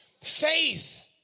Faith